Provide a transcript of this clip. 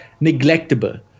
neglectable